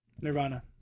nirvana